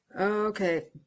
Okay